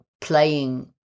playing